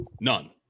None